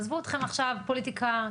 עזבו אותכם עכשיו פוליטיקה,